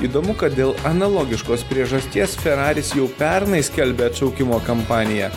įdomu kad dėl analogiškos priežasties feraris jau pernai skelbia atšaukimo kampaniją